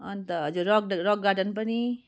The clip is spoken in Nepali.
अन्त हजुर रक रक गार्डन पनि